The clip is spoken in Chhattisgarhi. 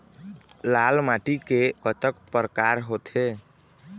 लाल माटी के कतक परकार होथे?